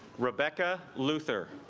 rebecca luther